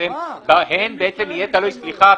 שבהן יהיה תלוי --- מה פתאום --- סליחה,